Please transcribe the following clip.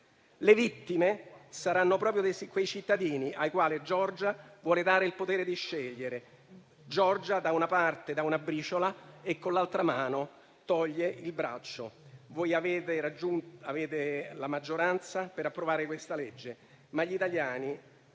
Le vittime saranno proprio quei cittadini ai quali Giorgia vuole dare il potere di scegliere; Giorgia da una parte dà una briciola e con l'altra mano toglie il braccio. Voi avete la maggioranza per approvare questa legge, ma gli italiani